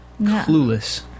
Clueless